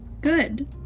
Good